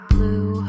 Blue